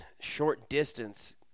short-distance